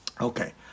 Okay